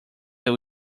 they